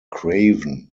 craven